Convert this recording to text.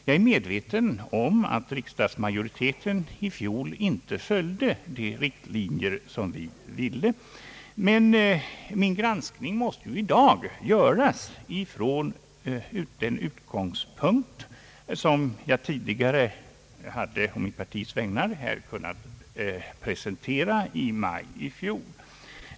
Jag är medveten om att riksdagsmajoriteten i fjol inte följde de riktlinjer vi föreslog, men min granskning i dag måste göras från den utgångspunkt som jag å mitt partis vägnar kunde presentera i maj i fjol.